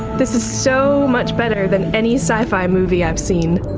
this is so much better than any sci-fi movie i've seen.